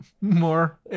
more